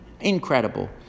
Incredible